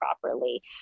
properly